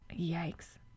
Yikes